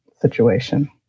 situation